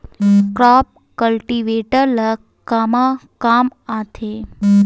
Crop cultivator ला कमा काम आथे?